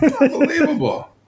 Unbelievable